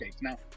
Now